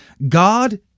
God